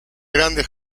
grande